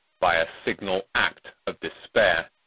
by a signal act of despair,